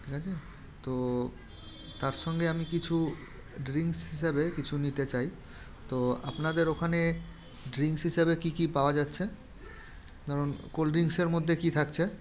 ঠিক আছে তো তার সঙ্গে আমি কিছু ড্রিংক্স হিসাবে কিছু নিতে চাই তো আপনাদের ওখানে ড্রিংক্স হিসাবে কী কী পাওয়া যাচ্ছে ধরুন কোল্ড ড্রিংক্সের মধ্যে কী থাকছে